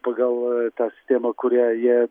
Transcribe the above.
pagal tą sistemą kurią jie